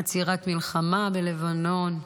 עצירת מלחמה בלבנון.